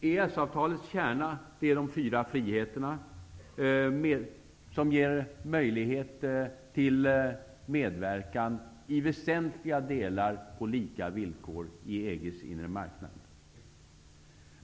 EES-avtalets kärna är de fyra friheterna, som ger möjlighet till medverkan i väsentliga delar på lika villkor i EG:s inre marknad.